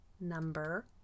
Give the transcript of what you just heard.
number